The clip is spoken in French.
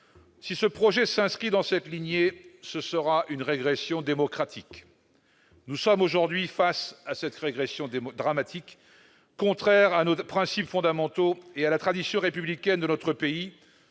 [de loi] s'inscrit dans cette lignée, ce sera une régression dramatique. » Nous sommes aujourd'hui face à cette régression dramatique contraire à nos principes fondamentaux et à la tradition républicaine de notre pays